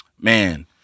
Man